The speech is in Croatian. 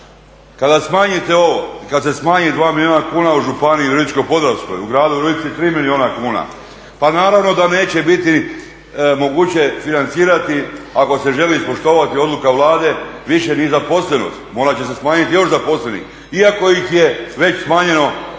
kada se smanji 2 milijuna kuna u Virovitičko-podravskoj županiji u gradu Virovitici 3 milijuna kuna pa naravno da neće biti moguće isfinancirati ako se želi ispoštovati odluke Vlade više ni zaposlenost, morat će se smanjiti još zaposlenih iako ih je već smanjeno i